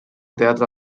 teatre